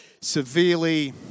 severely